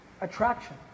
Attraction